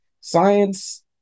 science